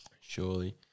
Surely